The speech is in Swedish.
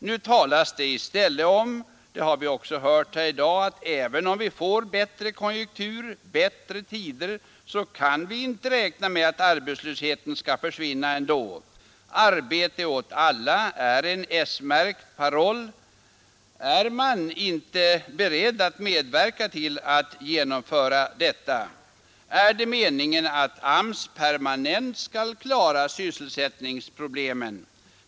Nu talas det i stället om — det har vi också hört här i dag — att även om vi får en bättre konjunktur, bättre tider, så kan vi inte räkna med att arbetslösheten skall försvinna. Arbete åt alla är en s-märkt paroll. Är man inte beredd att medverka till att genomföra detta? Är det meningen att AMS permanent skall klara sysselsättningsproblemen?